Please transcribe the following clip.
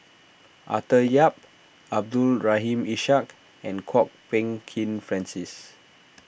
Arthur Yap Abdul Rahim Ishak and Kwok Peng Kin Francis